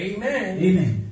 Amen